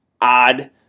odd